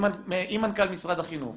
אם מנכ"ל משרד החינוך